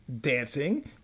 dancing